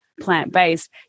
plant-based